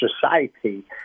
society